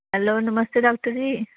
hello नमस्ते doctor जी